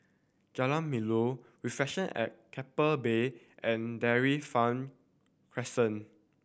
Jalan Melor Reflection at Keppel Bay and Dairy Farm Crescent